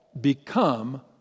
become